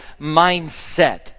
mindset